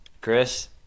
Chris